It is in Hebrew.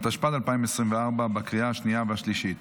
התשפ"ד 2024, לקריאה השנייה והשלישית.